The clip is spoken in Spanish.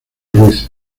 ruiz